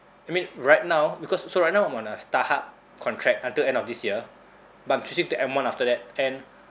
I mean right now because so right now I'm on a starhub contract until end of this year but I'm switching to M one after that and